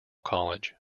college